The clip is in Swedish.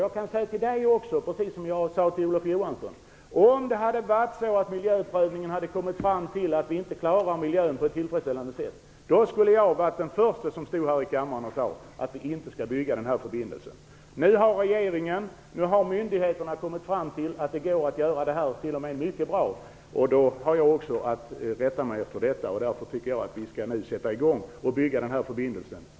Jag kan säga precis samma sak till Elisa Abascal Reyes som jag sade till Olof Johansson: Om det hade varit så, att man vid miljöprövningen hade kommit fram till att vi inte klarar miljön på ett tillfredsställande sätt, då skulle jag ha varit den förste som stod här i kammaren och sade att vi inte skall bygga denna förbindelse. Nu har myndigheterna kommit fram till att det går att genomföra projektet mycket bra. Då har jag också att rätta mig efter detta. Därför tycker jag att vi nu skall sätta i gång att bygga denna förbindelse.